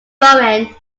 bowen